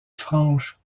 franche